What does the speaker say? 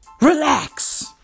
Relax